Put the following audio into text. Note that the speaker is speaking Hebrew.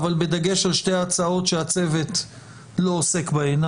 אבל בדגש על שתי ההצעות שהצוות לא עוסק בהן,